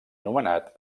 nomenat